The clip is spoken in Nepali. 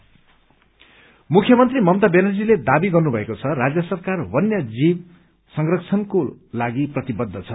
प्रोजेक्ट टाइगर मुख्यमन्त्री ममता ब्यानर्जीले दावी गर्नुभएको छ राज्य सरकार वन्य जीव संरक्षणको लागि प्रतिबद्ध छ